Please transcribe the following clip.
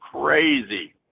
crazy